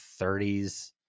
30s